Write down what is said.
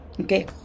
Okay